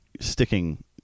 sticking